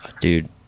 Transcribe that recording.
Dude